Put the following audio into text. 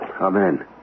Amen